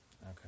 Okay